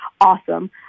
awesome